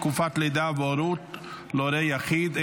תקופת לידה והורות להורה יחיד),